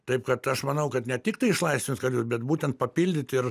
taip kad aš manau kad ne tiktai išlaisvint karius bet būtent papildyti ir